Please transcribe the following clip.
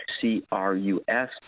C-R-U-S